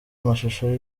amashusho